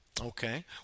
Okay